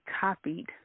copied